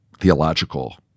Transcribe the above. theological